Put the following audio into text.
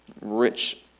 rich